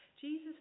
Jesus